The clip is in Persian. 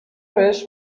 بهش